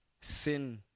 Sin